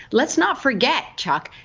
let's not forget, chuck,